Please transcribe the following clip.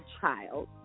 child